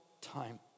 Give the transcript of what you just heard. time